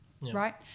right